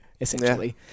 essentially